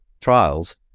trials